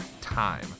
time